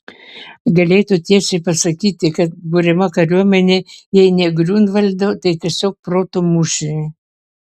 galėtų tiesiai pasakyti kad buriama kariuomenė jei ne griunvaldo tai tiesiog proto mūšiui